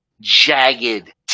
jagged